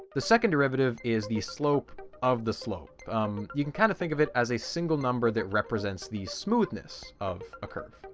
the second derivative is the slope of the slope um you can kind of think of it as a single number that represents the smoothness of a curve.